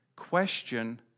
question